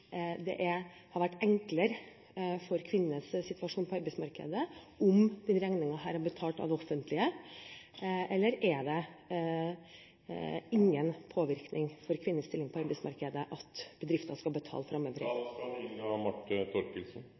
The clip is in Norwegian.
det hadde vært enklere for kvinnenes situasjon på arbeidsmarkedet om denne regningen hadde blitt betalt av det offentlige, eller tror statsråden det ikke vil ha noen påvirkning på kvinnens stilling på arbeidsmarkedet at bedriftene skal betale